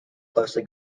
closely